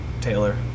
Taylor